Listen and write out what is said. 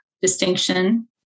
distinction